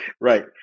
right